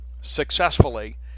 successfully